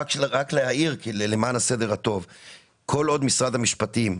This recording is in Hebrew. -- כל עוד משרד המשפטים,